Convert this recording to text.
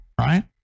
right